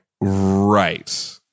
Right